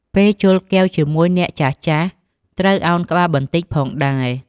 ពេលជល់កែវជាមួយអ្នកចាស់ៗ ត្រូវឳនក្បាលបន្តិចផងដែរ។